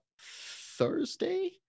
Thursday